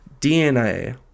dna